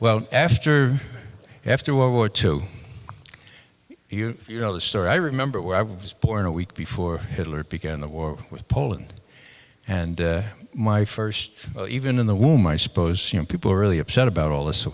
well after after world war two you know the story i remember when i was born a week before hitler began the war with poland and my first even in the womb i suppose you know people are really upset about all this